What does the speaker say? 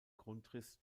grundriss